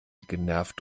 genervt